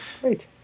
Great